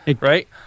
Right